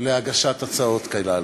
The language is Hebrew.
להגשת ההצעות הללו.